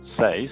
says